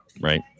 Right